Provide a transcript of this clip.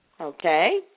Okay